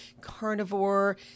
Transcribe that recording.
carnivore